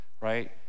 Right